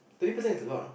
twenty percent is a lot ah